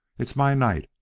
it's my night,